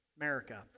America